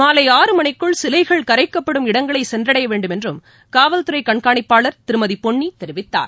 மாலை ஆறுமணிக்குள் சிலைகள் கரைக்கப்படும் இடங்களை சென்றடைய வேண்டுமென்றும் காவல்துறை கண்காணிப்பாளர் திருமதி பொன்னி தெரிவித்தார்